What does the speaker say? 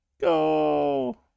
Go